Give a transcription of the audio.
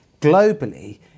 globally